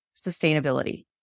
sustainability